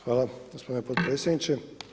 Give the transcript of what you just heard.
Hvala gospodine potpredsjedniče.